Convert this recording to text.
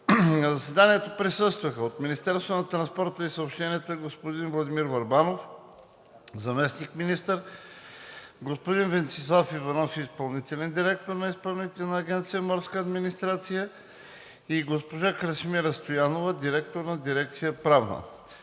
заседанието присъстваха: от Министерството на транспорта и съобщенията: господин Владимир Върбанов – заместник-министър, господин Венцислав Иванов, изпълнителен директор на Изпълнителна агенция „Морска администрация“, и госпожа Красимира Стоянова – директор на дирекция „Правна“;